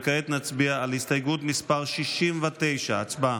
כעת נצביע על הסתייגות מס' 69. הצבעה.